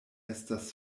estas